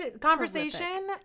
conversation